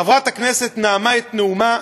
חברת הכנסת נאמה את נאומה